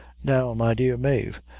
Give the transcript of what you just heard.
now, my dear mave,